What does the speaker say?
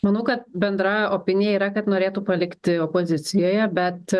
manau kad bendra opinija yra kad norėtų palikti opozicijoje bet